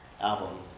album